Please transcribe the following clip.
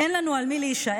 אין לנו על מי להישען,